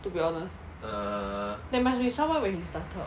to be honest there must be someone when he started